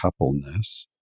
coupleness